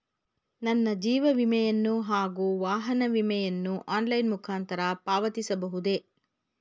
ನನ್ನ ಜೀವ ವಿಮೆಯನ್ನು ಹಾಗೂ ವಾಹನ ವಿಮೆಯನ್ನು ಆನ್ಲೈನ್ ಮುಖಾಂತರ ಪಾವತಿಸಬಹುದೇ?